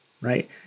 right